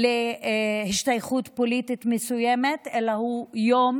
להשתייכות פוליטית מסוימת, אלא הוא יום